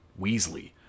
weasley